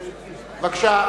בבקשה,